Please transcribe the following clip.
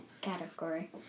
category